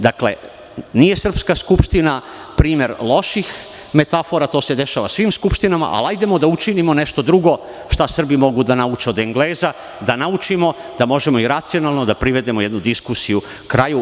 Dakle, nije srpska skupština primer loših metafora, to se dešava u svim skupštinama, ali hajde da učinimo nešto drugo, šta Srbi mogu da nauče od Engleza, da naučimo da možemo i racionalno da privedeno jednu diskusiju kraju.